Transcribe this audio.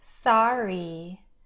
sorry